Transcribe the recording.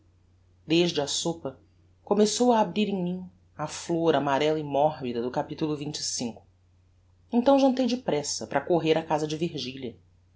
desde a sopa começou a abrir em mim a flor amarella e morbida do cap xxv e então jantei depressa para correr á casa de virgilia